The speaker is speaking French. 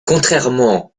contrairement